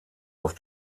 auf